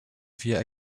via